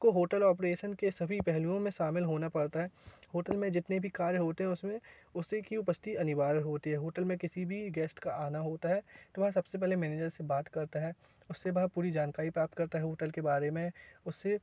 को hotel operation के सभी पहलुओं में शामिल होना पड़ता है होटल में जितने भी कार्य होते हैं उसमें उसी कि उपस्थिति अनिवार्य होती है होटल में किसी भी गेस्ट का आना होता है तो वह सबसे पहले मैनेजर से बात करता है उसके बाद पूरी जानकारी प्राप्त करता है होटल के बारे में उससे